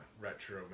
retro